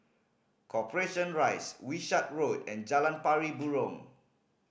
Corporation Rise Wishart Road and Jalan Pari Burong